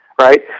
right